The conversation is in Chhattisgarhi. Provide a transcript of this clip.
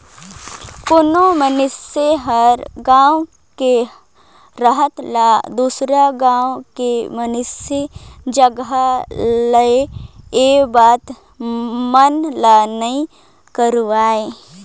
कोनो मइनसे हर गांव के रहत ल दुसर गांव के मइनसे जघा ले ये बता मन ला नइ करवाय